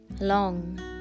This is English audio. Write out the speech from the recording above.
long